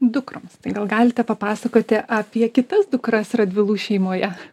dukroms tai gal galite papasakoti apie kitas dukras radvilų šeimoje